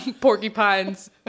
porcupines